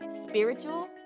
spiritual